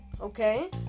okay